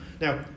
now